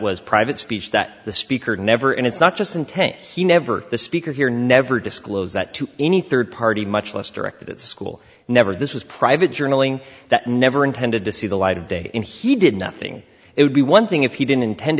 was private speech that the speaker never and it's not just intent he never the speaker here never disclose that to any third party much less directed at school never this was private journalling that never intended to see the light of day and he did nothing it would be one thing if he didn't intend